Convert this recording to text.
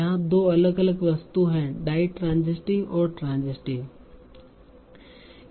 यहाँ दो अलग अलग वस्तुएं हैं डाईट्रांसीटीव और ट्रांसीटीव है